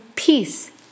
Peace